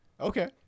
Okay